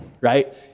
right